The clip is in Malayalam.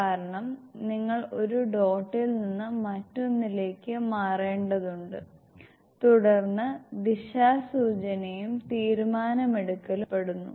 കാരണം നിങ്ങൾ ഒരു ഡോട്ടിൽ നിന്ന് മറ്റൊന്നിലേക്ക് മാറേണ്ടതുണ്ട് തുടർന്ന് ദിശാസൂചനയും തീരുമാനമെടുക്കലും ഉൾപ്പെടുന്നു